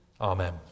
amen